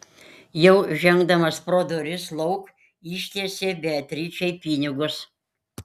jau žengdamas pro duris lauk ištiesė beatričei pinigus